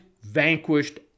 vanquished